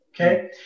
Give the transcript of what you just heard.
okay